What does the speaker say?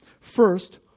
First